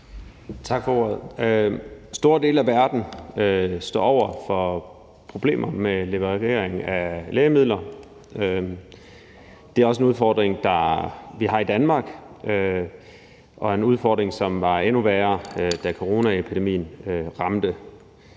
Tak for ordet. Store dele af verden står over for problemer med levering af lægemidler. Det er også en udfordring, vi har i Danmark, og det er en udfordring, der var endnu værre, da coronaepidemien ramte.